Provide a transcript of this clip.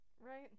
Right